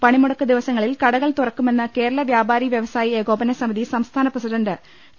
പണിമുടക്ക് ദിവസങ്ങളിൽ കടകൾ തുറക്കുമെന്ന് കേരള വ്യാപാരി വ്യവസായി ഏകോപന സമിതി സംസ്ഥാന പ്രസിഡന്റ് ടി